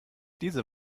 diese